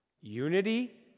Unity